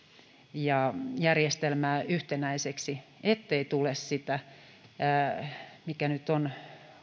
ja järjestelmää yhtenäiseksi ettei tule sitä ilmiötä mikä nyt on